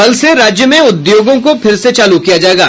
कल से राज्य में उद्योगों को फिर से चालू किया जायेगा